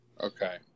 Okay